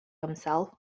himself